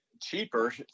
cheaper